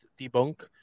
debunk